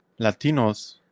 latinos